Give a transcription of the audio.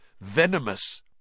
venomous